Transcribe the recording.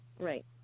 Right